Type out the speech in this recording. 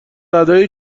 ادای